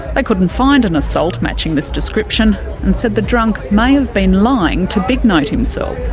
they couldn't find an assault matching this description and said the drunk may have been lying to big-note himself,